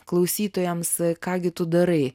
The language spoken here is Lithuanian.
klausytojams ką gi tu darai